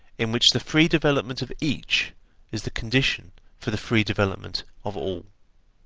in which the free development of each is the condition for the free development of all.